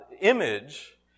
image